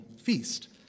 feast